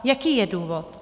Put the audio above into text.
Jaký je důvod?